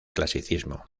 clasicismo